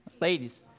Ladies